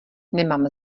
nemám